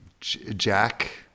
Jack